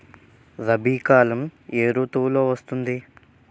రబీ కాలం ఏ ఋతువులో వస్తుంది?